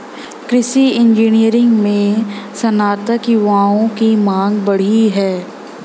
कृषि इंजीनियरिंग में स्नातक युवाओं की मांग बढ़ी है